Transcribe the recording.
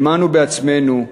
האמנו בעצמנו,